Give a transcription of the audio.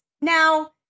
Now